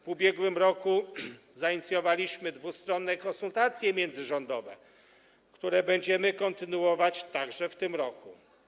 W ubiegłym roku zainicjowaliśmy dwustronne konsultacje międzyrządowe, które będziemy kontynuować także w tym roku.